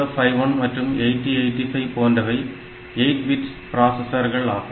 8051 மற்றும் 8085 போன்றவை 8 பிட் பிராசஸர்கள் ஆகும்